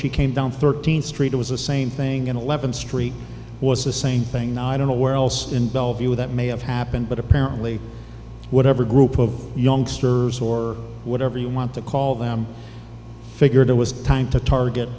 she came down thirteenth street it was the same thing in eleven street was the same thing i don't know where else in bellevue with that may have happened but apparently whatever group of youngsters or whatever you want to call them figured it was time to target